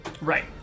Right